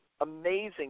amazing